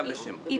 היא